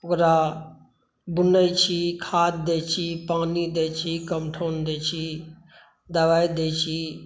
ओकरा दुनै छी खाद दै छी पानि दै छी कंठौन दै छी दबाइ दै छी